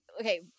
okay